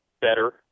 better